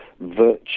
virtue